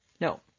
No